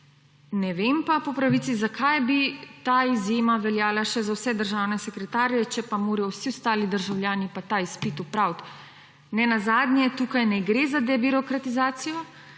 Ne vem pa, zakaj bi ta izjema veljala še za vse državne sekretarje, če pa morajo vsi ostali državljani ta izpit opraviti. Nenazadnje tukaj ne gre za debirokratizacijo,